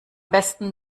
besten